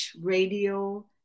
Radio